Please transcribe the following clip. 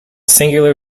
singular